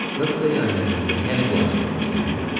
let's say i'm a mechanical engineering student,